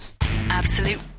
Absolute